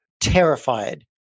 terrified